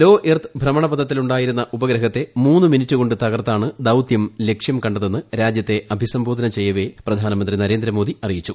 low earth ഭ്രമണപഥത്തിൽ ഉണ്ടായിരുന്ന ഉപഗ്രഹത്തെ മൂന്ന് മിനിട്ട് കൊണ്ട് തകർത്താണ് ദൌത്യം ലക്ഷ്യം കണ്ടതെന്ന് രാജ്യത്തെ അഭിസംബോധന ചെയ്ത് പ്രധാനമന്ത്രി നരേന്ദ്രമോദി അറിയിച്ചു